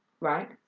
Right